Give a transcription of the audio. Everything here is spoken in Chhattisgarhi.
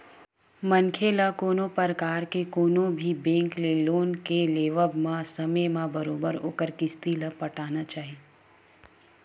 मनखे ल कोनो परकार के कोनो भी बेंक ले लोन के लेवब म समे म बरोबर ओखर किस्ती ल पटाना चाही